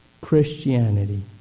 Christianity